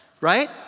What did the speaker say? right